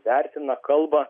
vertina kalba